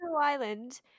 Island